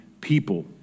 people